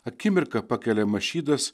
akimirką pakeliama šydas